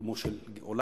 ברומו של עולם.